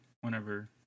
whenever